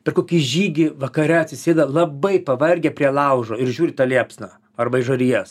per kokį žygį vakare atsisėda labai pavargę prie laužo ir žiūri tą liepsną arba į žarijas